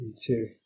Two